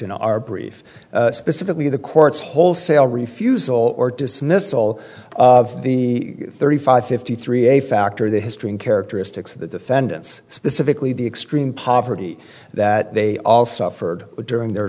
in our brief specifically the court's wholesale refusal or dismiss all of the thirty five fifty three a factor the history and characteristics of the defendants specifically the extreme poverty that they all suffered during their